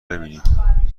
بیینیم